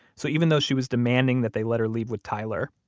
so even though she was demanding that they let her leave with tyler,